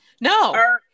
No